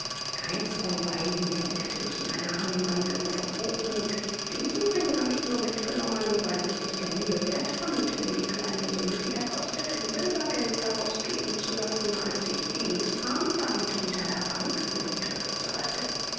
keins von beiden erwiderte ich in einer anwandlung von hochmuth diesen ring hab ich nur mitgenommen weil ich es nicht der mühe werth fand mir die kleine summe die er kostet in silbergeld herausgeben zu lassen als ich dieß armband mit einer banknote bezahlte